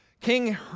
King